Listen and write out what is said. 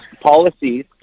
policies